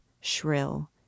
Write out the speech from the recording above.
shrill